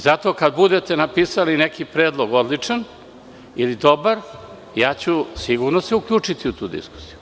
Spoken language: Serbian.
Zato kad budete napisali neki predlog odličan ili dobar ja ću se sigurno uključiti u tu diskusiju.